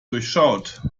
durchschaut